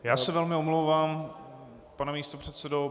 Já se velmi omlouvám, pane místopředsedo.